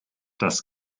das